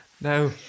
No